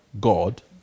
God